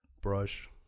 Brush